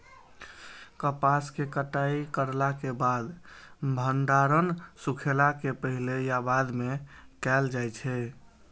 कपास के कटाई करला के बाद भंडारण सुखेला के पहले या बाद में कायल जाय छै?